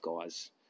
guys